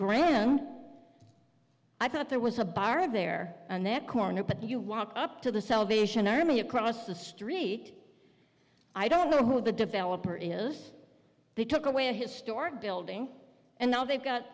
granite i thought there was a bar of there in that corner but you walk up to the salvation army across the street i don't know who the developer is they took away a historic building and now they've got